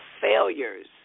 failures